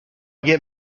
get